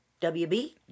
WB